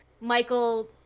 Michael